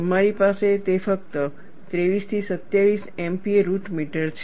તમારી પાસે તે ફક્ત 23 થી 27 MPa રુટ મીટર છે